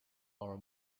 our